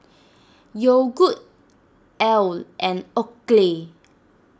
Yogood Elle and Oakley